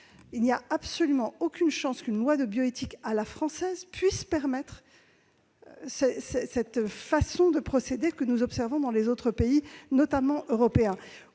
il n'y a absolument aucune chance qu'une loi de bioéthique « à la française » puisse permettre cette façon de procéder que nous observons dans les autres pays, notamment européens.